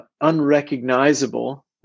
unrecognizable